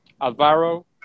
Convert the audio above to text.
Alvaro